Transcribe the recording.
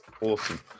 awesome